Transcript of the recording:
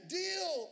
deal